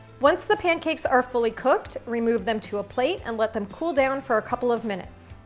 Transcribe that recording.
once the pancakes are fully cooked, remove them to a plate and let them cool down for a couple of minutes.